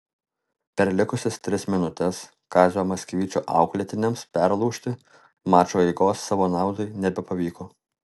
per likusias tris minutes kazio maksvyčio auklėtiniams perlaužti mačo eigos savo naudai nebepavyko